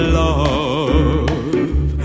love